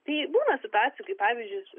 tai būna situacijų kai pavyzdžiui